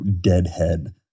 deadhead